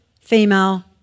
female